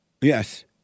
Yes